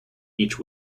each